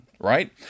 Right